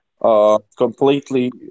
completely